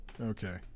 Okay